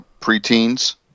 preteens